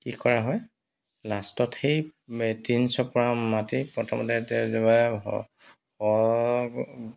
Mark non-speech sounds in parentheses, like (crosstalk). কি কৰা হয় লাষ্টত সেই তিনি চপৰা মাটি প্ৰথমতে (unintelligible)